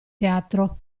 teatro